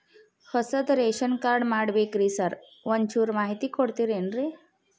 ಹೊಸದ್ ration card ಮಾಡ್ಬೇಕ್ರಿ sir ಒಂಚೂರ್ ಮಾಹಿತಿ ಕೊಡ್ತೇರೆನ್ರಿ?